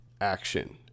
action